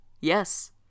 Yes